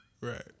Right